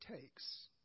takes